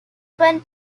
went